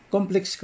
Complex